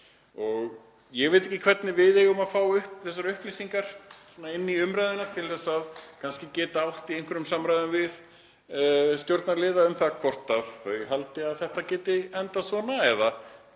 Ég veit ekki hvernig við eigum að fá þessar upplýsingar inn í umræðuna til að kannski geta átt í einhverjum samræðum við stjórnarliða um það hvort þau haldi að þetta geti endað svona.